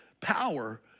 power